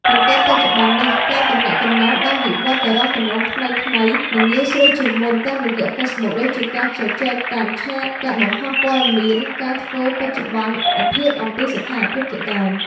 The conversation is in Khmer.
ប៉ុន្តែបច្ចុប្បន្ននេះ ការទំនាក់ទំនងបានវិវត្តទៅរកទម្រង់ថ្មីៗ និងងាយស្រួលជាងមុន តាមរយៈ Facebook ដូចជា ការជជែកតាមឆាត ការបង្ហោះព័ត៌មាន ការធ្វើបច្ចុប្បន្នភាពអំពីស្ថានភាព ជាដើម។